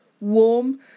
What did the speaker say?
Warm